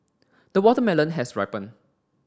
the watermelon has ripened